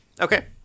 Okay